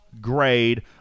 grade